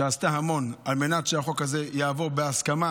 שעשתה המון על מנת שהחוק הזה יעבור בהסכמה